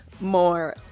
more